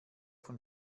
von